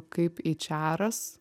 kaip eičeras